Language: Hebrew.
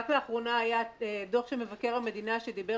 רק לאחרונה היה דוח של מבקר המדינה שדיבר